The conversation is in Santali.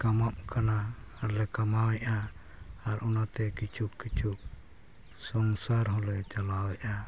ᱠᱟᱢᱟᱜ ᱠᱟᱱᱟ ᱟᱨᱞᱮ ᱠᱟᱢᱟᱣᱮᱫᱼᱟ ᱟᱨ ᱚᱱᱟᱛᱮ ᱠᱤᱪᱷᱩᱼᱠᱤᱪᱷᱩ ᱥᱚᱝᱥᱟᱨ ᱦᱚᱸᱞᱮ ᱪᱟᱞᱟᱣᱮᱫᱼᱟ